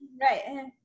right